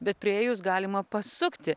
bet priėjus galima pasukti